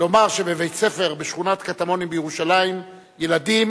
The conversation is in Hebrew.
לומר שבבית-ספר בשכונת הקטמונים בירושלים ילדים